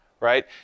right